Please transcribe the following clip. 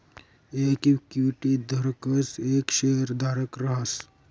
येक इक्विटी धारकच येक शेयरधारक रहास